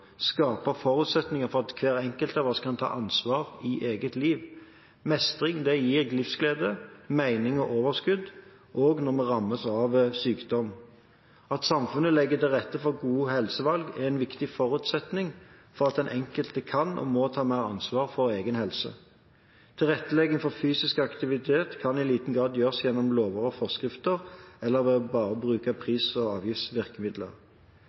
forutsetninger for at hver enkelt av oss kan ta ansvar i eget liv. Mestring gir livsglede, mening og overskudd, også når vi rammes av sykdom. At samfunnet legger til rette for gode helsevalg, er en viktig forutsetning for at den enkelte kan og må ta mer ansvar for egen helse. Tilrettelegging for fysisk aktivitet kan i liten grad gjøres gjennom lover og forskrifter eller ved bare å bruke pris- og avgiftsvirkemidler.